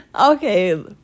Okay